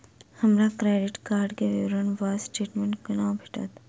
हमरा credit card केँ विवरण वा स्टेटमेंट कोना भेटत?